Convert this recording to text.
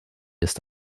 ist